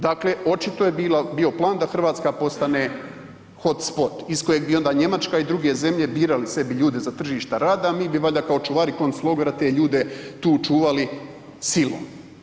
Dakle, očito je bio plan da Hrvatska postane hot spot iz kojeg bi onda Njemačka i druge zemlje birali sebi ljude za tržišta rada, a mi valjda kao čuvari konclogora te ljude tu čuvali silom.